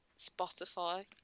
Spotify